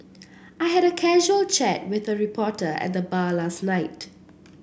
I had a casual chat with a reporter at the bar last night